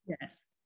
yes